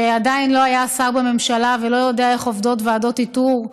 שעדיין לא היה שר בממשלה ולא יודע איך עובדות ועדות איתור.